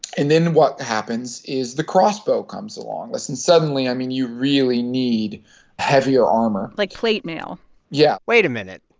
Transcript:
and then what happens is the crossbow comes along. and suddenly, i mean, you really need heavier armor like plate mail yeah wait a minute.